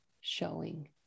showing